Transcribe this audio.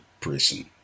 prison